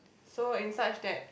so in such that